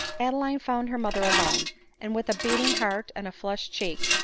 adeline found her mother alone and with a beating heart and a flushed cheek,